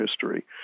history